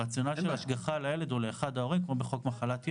הרציונל של השגחה על ילד כמו בחוק מחלת ילד.